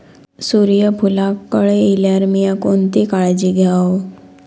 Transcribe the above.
सूर्यफूलाक कळे इल्यार मीया कोणती काळजी घेव?